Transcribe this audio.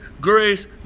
grace